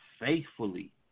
faithfully